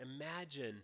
Imagine